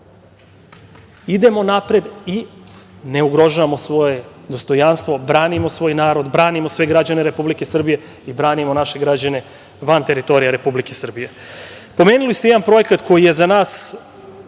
svih. Idemo napred i ne ugrožavamo svoje dostojanstvo, branimo svoj narod, branimo sve građane Republike Srbije i branimo naše građane van teritorije Republike Srbije. Pomenuli ste jedan projekat koji je za nas